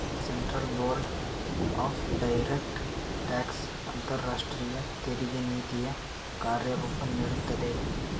central board of direct tax ಅಂತರಾಷ್ಟ್ರೀಯ ತೆರಿಗೆ ನೀತಿಯ ಕಾರ್ಯರೂಪ ನೀಡುತ್ತದೆ